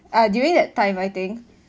during that time I think